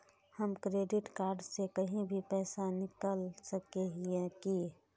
हम credit card से कहीं भी पैसा निकल सके हिये की?